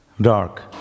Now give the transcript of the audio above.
dark